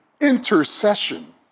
intercession